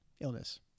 illness